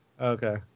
okay